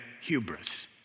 hubris